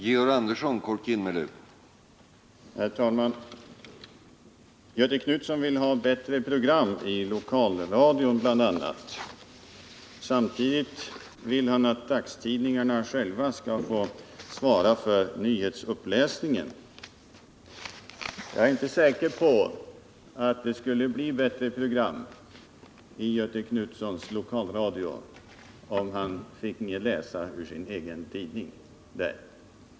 Herr talman! Göthe Knutson vill ha bättre program, bl.a. i lokalradion. Samtidigt vill han att dagstidningarna själva skall svara för nyhetsuppläsningen. Jag är inte säker på att det skulle bli bättre program i Värmlands lokalradio om han finge läsa ur sin egen tidning.